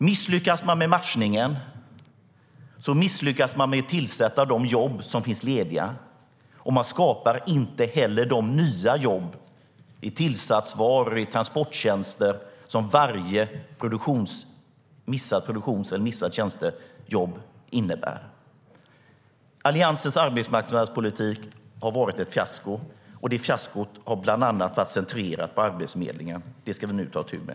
Misslyckas man med matchningen misslyckas man med att tillsätta lediga jobb, och man skapar inte heller de nya jobb i tillsatsvaror och transporttjänster som varje missad producerad vara eller tjänst innebär. Alliansens arbetsmarknadspolitik har varit ett fiasko, och det fiaskot har bland annat varit centrerat till Arbetsförmedlingen. Det ska vi nu ta itu med.